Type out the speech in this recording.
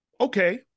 Okay